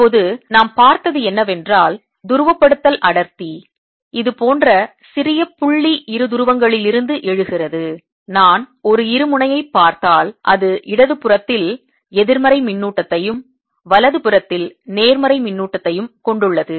இப்போது நாம் பார்த்தது என்னவென்றால் துருவப்படுத்தல் அடர்த்தி இது போன்ற சிறிய புள்ளி இருதுருவங்களிலிருந்து எழுகிறது நான் ஒரு இருமுனையைப் பார்த்தால் அது இடது புறத்தில் எதிர்மறை மின்னூட்டத்தையும் வலதுபுறத்தில் நேர்மறை மின்னூட்டத்தையும் கொண்டுள்ளது